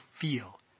feel